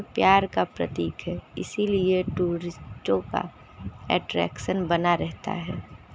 और प्यार का प्रतीक है इसी लिए टूरिस्टों का अट्रैक्शन बना रहता है